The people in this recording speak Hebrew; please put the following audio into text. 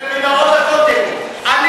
אני